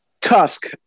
Tusk